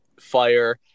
fire